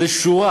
זה שורה